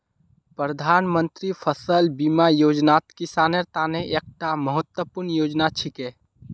प्रधानमंत्री फसल बीमा योजनात किसानेर त न एकता महत्वपूर्ण योजना छिके